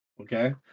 okay